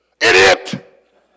Idiot